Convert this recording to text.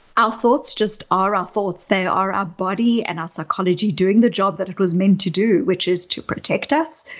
our thoughts just are our thoughts. they are our body and our psychology doing the job that it was meant to do, which is to protect us,